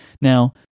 Now